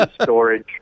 storage